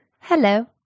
Hello